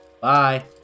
Bye